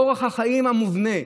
אורח החיים המובנה,